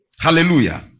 Hallelujah